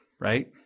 right